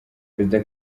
perezida